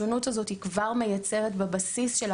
קיימת שונות בסיסית,